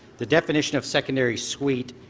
the definition of secondary suite